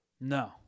No